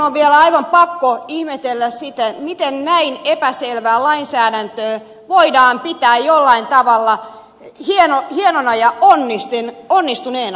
minun on vielä aivan pakko ihmetellä sitä miten näin epäselvää lainsäädäntöä voidaan pitää jollain tavalla hienona ja onnistuneena